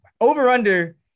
over-under